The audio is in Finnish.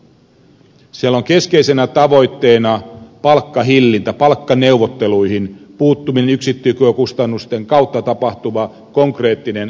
siellä on keskeisenä tavoitteena palkkahillintä palkkaneuvotteluihin puuttuminen yksikkökustannusten kautta tapahtuva konkreettinen seurantajärjestelmä